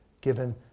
given